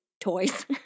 toys